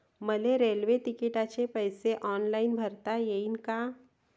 मले रेल्वे तिकिटाचे पैसे ऑनलाईन भरता येईन का?